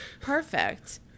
Perfect